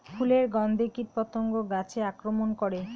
ফুলের গণ্ধে কীটপতঙ্গ গাছে আক্রমণ করে?